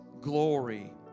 glory